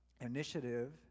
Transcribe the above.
initiative